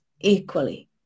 equally